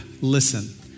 Listen